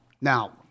Now